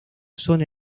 son